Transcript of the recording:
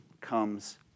comes